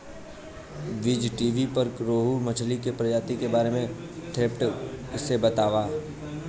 बीज़टीवी पर रोहु मछली के प्रजाति के बारे में डेप्थ से बतावता